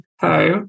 Hi